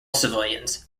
civilians